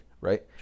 right